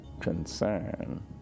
concern